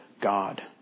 God